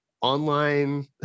online